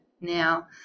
now